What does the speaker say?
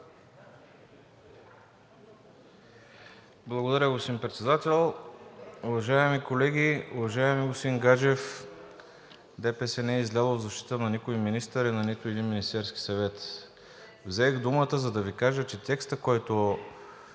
Благодаря, господин Председател. Уважаеми колеги! Уважаеми господин Гаджев, ДПС не е излязло в защита на никой министър и на нито един Министерски съвет. Взех думата, за да Ви кажа, че текстът, който